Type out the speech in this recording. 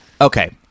Okay